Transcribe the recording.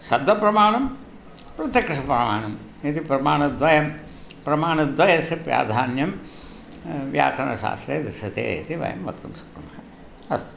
शब्दप्रमाणं प्रत्यक्षप्रमाणम् इति प्रमाणद्वयं प्रमाणद्वयस्य प्राधान्यं व्याकरणशास्त्रे दृश्यते इति वयं वक्तुं शक्नुमः अस्तु